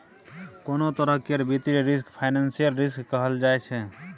कोनों तरह केर वित्तीय रिस्क फाइनेंशियल रिस्क कहल जाइ छै